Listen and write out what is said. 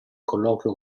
colloquio